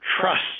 trust